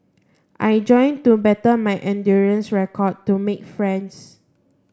I joined to better my endurance record to make friends